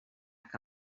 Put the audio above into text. que